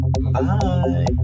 Bye